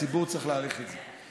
הציבור צריך להעריך את זה.